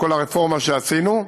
כל הרפורמה שעשינו,